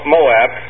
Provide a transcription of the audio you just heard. Moab